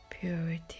purity